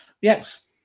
yes